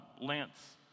Lance